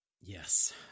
yes